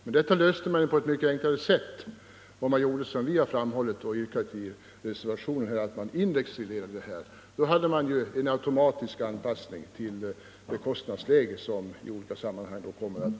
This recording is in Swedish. Men detta skulle lösas på mycket enklare sätt om riksdagen följde vårt reservationsförslag om indexreglering. Då blir det automatiskt en anpassning till det aktuella kostnadsläget.